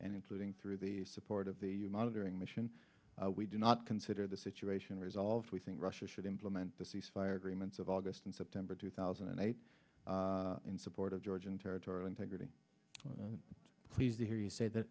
and including through the support of the you monitoring mission we do not consider the situation resolved we think russia should implement the cease fire agreements of august and september two thousand and eight in support of georgian territory integrity pleased to hear you say th